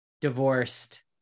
divorced